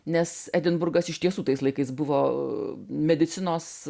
nes edinburgas iš tiesų tais laikais buvo medicinos